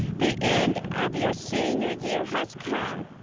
the end of your senior year has come.